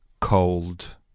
cold